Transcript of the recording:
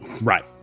right